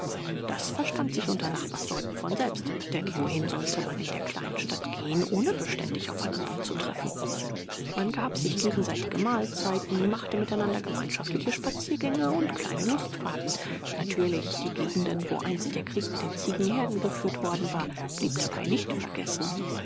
das verstand sich unter nachbarsleuten von selbst denn wohin sollte man in der kleinen stadt gehen ohne beständig auf einander zu treffen man gab sich gegenseitige mahlzeiten machte miteinander gemeinschaftliche spaziergänge und kleine lustfahrten natürlich die gegenden wo einst der krieg mit den ziegenherden geführt worden war blieben dabei nicht vergessen